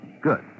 Good